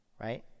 right